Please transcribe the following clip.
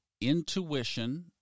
intuition